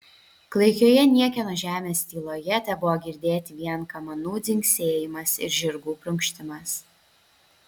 klaikioje niekieno žemės tyloje tebuvo girdėti vien kamanų dzingsėjimas ir žirgų prunkštimas